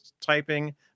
typing